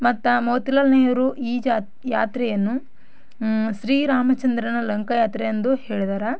ಮತ್ತೆ ಮೋತಿಲಾಲ್ ನೆಹರು ಈ ಜಾಥಾ ಯಾತ್ರೆಯನ್ನು ಶ್ರೀರಾಮಚಂದ್ರನ ಲಂಕಾಯಾತ್ರೆ ಎಂದು ಹೇಳಿದ್ದಾರೆ